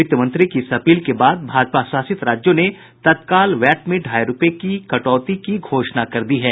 वित्त मंत्री की इस अपील के बाद भाजपा शासित राज्यों ने तत्काल वैट में ढाई रूपये की कटौती की घोषणा कर दी है